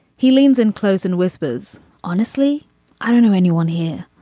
he leans in close and whispers. honestly i don't know anyone here.